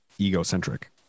egocentric